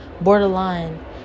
borderline